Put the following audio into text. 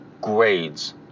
grades